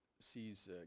sees